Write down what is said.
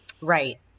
Right